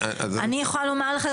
אני יכולה לומר לך,